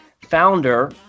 founder